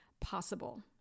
possible